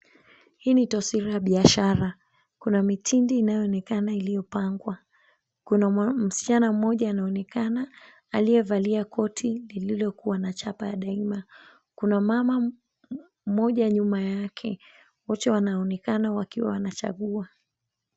Hii ni taswira ya biashara. Kuna mitindo inayoonekana iliyopangwa. Kuna msichana mmoja anaonekana aliyevalia koti lililokuwa na chapa ya Daima. Kuna mama mmoja nyuma yake, wote wanaonekana wakiwa wanachagua.